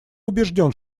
убежден